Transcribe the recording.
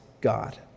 God